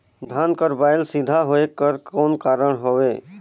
धान कर बायल सीधा होयक कर कौन कारण हवे?